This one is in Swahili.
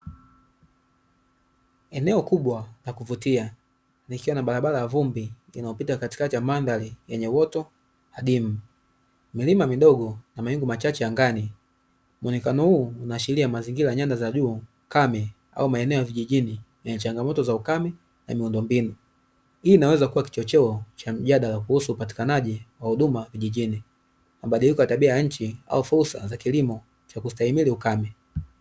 Eneo kubwa la kuvutia likiwa na barabara ya vumbi inayopita katikati ya mandhari yenye uoto hadimu, milima midogo na mawingu machache angani. Muonekano huu unaashiria mazingira ya nyanda za juu, kame au maeneo ya vijijini yenye changamoto za ukame na miundombinu. Hii inaweza kuwa kichocheo cha mjadala kuhusu upatikanaji wa huduma kijijini, mabadiliko ya tabia ya nchi au fursa za kilimo cha kustahimili ukame.